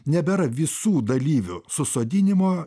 nebėra visų dalyvių susodinimo